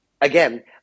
again